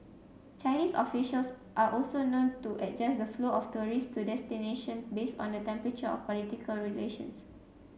Chinese officials are also known to adjust the flow of tourists to destination based on the temperature of political relations